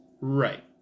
Right